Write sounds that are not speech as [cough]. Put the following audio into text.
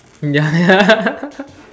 ya ya [laughs]